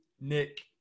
Nick